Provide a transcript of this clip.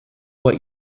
what